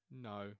No